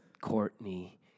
Courtney